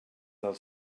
del